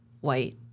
white